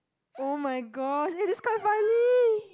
[oh]-my-god it is quite funny